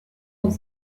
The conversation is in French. dans